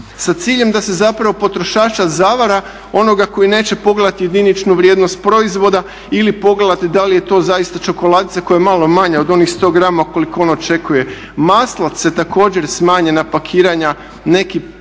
sa ciljem da se zapravo potrošača zavara onoga koji neće pogledati jediničnu vrijednost proizvoda ili pogledati da li je to zaista čokoladica koja je malo manja od onih 100 grama koliko on očekuje. Maslac je također smanjio pakiranja, neki